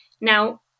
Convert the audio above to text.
Now